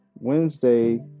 Wednesday